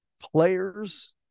players